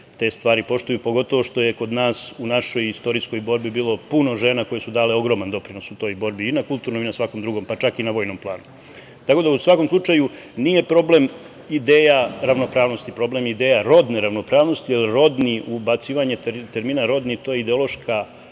te stvari poštuju, pogotovo što je kod nas u našoj istorijskoj borbi bilo puno žena koje su dale ogroman doprinos u toj borbi, i na kulturnom i na svakom drugom, pa čak i na vojnom planu.U svakom slučaju, nije problem ideja ravnopravnosti, problem je ideja rodne ravnopravnosti, jer ubacivanje termina „rodni“ je ideološka